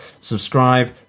Subscribe